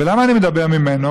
ולמה אני מדבר עליו?